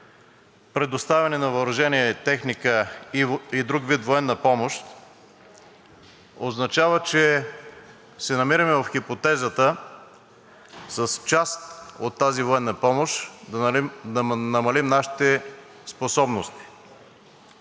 предоставяне на въоръжение и техника и друг вид военна помощ означава, че се намираме в хипотезата с част от тази военна помощ да намалим нашите способности.